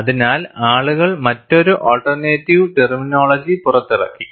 അതിനാൽ ആളുകൾ മറ്റൊരു ആൾട്ടർനേറ്റ് ടെർമിനോളജി പുറത്തിറക്കി